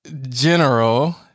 general